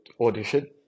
audition